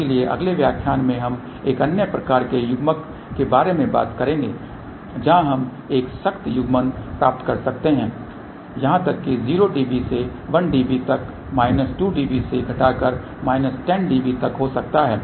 इसलिए अगले व्याख्यान में हम एक अन्य प्रकार के युग्मक के बारे में बात करेंगे जहाँ हम एक सख्त युग्मन प्राप्त कर सकते हैं यहाँ तक कि 0 dB से 1 dB तक माइनस 2 dB से घटाकर माइनस 10 dB तक हो सकता है